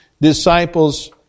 disciples